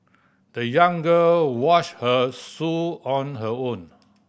the young girl washed her shoe on her own